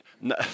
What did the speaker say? no